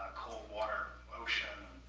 cold water ocean,